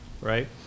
right